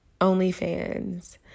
OnlyFans